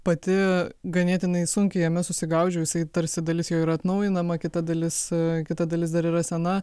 pati ganėtinai sunkiai jame susigaudžiau jisai tarsi dalis jo ir atnaujinama kita dalis kita dalis dar yra sena